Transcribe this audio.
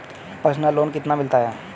Personal loan कितना मिलता है?